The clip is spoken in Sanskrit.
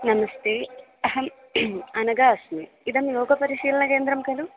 नमस्ते अहम् अनघा अस्मि इदं योगपरिशीलनकेन्द्रं कलु